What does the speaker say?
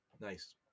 Nice